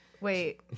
Wait